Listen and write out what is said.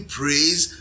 praise